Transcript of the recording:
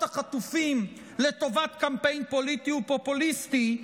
החטופים לטובת קמפיין פוליטי ופופוליסטי,